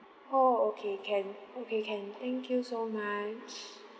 oh okay can okay can thank you so much